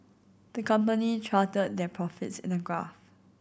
the company charted their profits in a graph